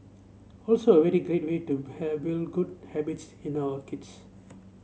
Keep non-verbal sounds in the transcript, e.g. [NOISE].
also a very great way to [UNINTELLIGIBLE] build good habits in our kids